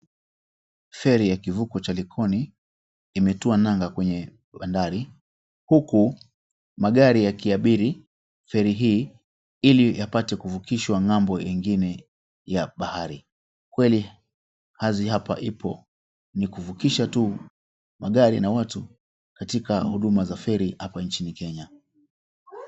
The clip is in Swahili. Feri ya kivuko cha Likoni imetua nanga kwenye bandari huku magari yakiabiri feri hii ili yapate kuvukishwa ng'ambo ingine ya bahari. Kweli kazi hapa ipo ni kuvukisha tu magari na watu katika huduma za feri hapa nchini Kenya.